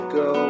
go